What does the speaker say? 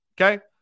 Okay